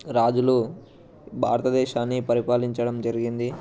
రాజులు భారతదేశాన్ని పరిపాలించడం జరిగింది